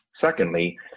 Secondly